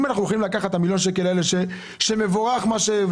אם אנחנו הולכים לקחת את מיליון השקלים האלה ומבורך מה שרוצה